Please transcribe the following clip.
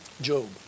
Job